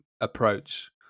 approach